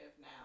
now